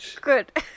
Good